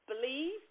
believe